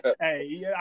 hey